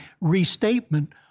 restatement